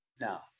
Now